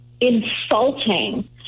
insulting